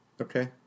Okay